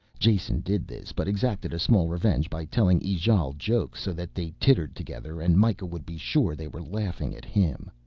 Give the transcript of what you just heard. jason did this but exacted a small revenge by telling ijale jokes so that they tittered together and mikah would be sure they were laughing at him.